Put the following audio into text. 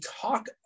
talk